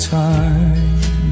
time